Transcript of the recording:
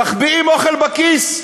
מחביאים אוכל בכיס,